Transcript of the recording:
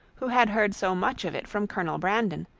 who had heard so much of it from colonel brandon,